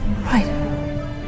Right